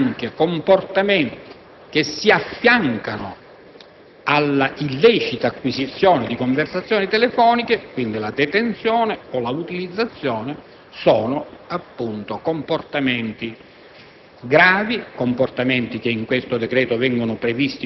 rimedia ad una lacuna legislativa - che anche comportamenti che si affiancano all'illecita acquisizione di conversazioni telefoniche (come la detenzione o l'utilizzazione delle stesse) sono comportamenti